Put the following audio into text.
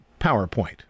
PowerPoint